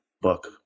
book